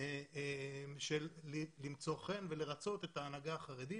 של למצוא חן ולרצות את ההנהגה החרדית.